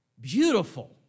Beautiful